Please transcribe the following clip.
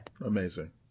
Amazing